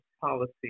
policy